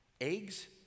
Eggs